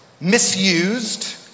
misused